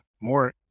more